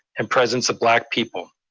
and presence of black people.